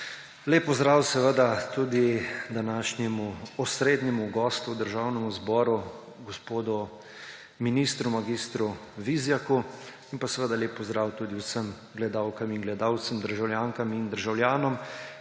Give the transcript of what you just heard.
Lep pozdrav seveda tudi današnjemu osrednjemu gostu v Državnem zboru gospodu ministru, mag. Vizjaku, in lep pozdrav vsem gledalcem in gledalkam, državljankam in državljanom,